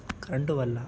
current వల్ల